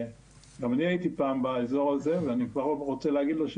שגם אני הייתי פעם באזור הזה ואני רוצה להגיד לו,